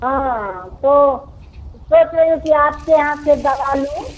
हाँ तो तो सोच रही हूँ कि आपके यहाँ से दवा लूँ